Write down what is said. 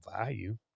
value